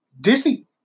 Disney